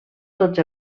tots